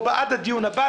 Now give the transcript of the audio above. או עד הדיון הבא,